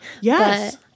Yes